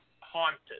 haunted